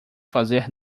fazer